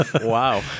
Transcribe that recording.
wow